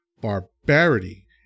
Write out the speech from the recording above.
barbarity